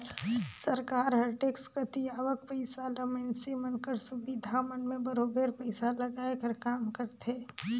सरकार हर टेक्स कती आवक पइसा ल मइनसे मन कर सुबिधा मन में बरोबेर पइसा लगाए कर काम करथे